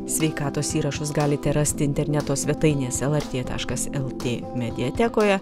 sveikatos įrašus galite rasti interneto svetainės lrt taškas lt mediatekoje